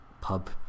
pub